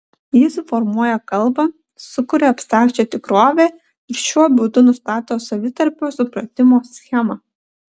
ji suformuoja kalbą sukuria abstrakčią tikrovę ir šiuo būdu nustato savitarpio supratimo schemą